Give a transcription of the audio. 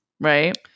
right